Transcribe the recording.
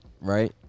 Right